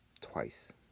twice